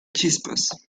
chispas